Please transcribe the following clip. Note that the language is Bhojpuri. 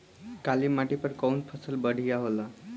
काली माटी पर कउन फसल बढ़िया होला?